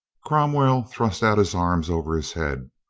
cromwell thrust out his arms over his head.